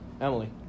Emily